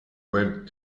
web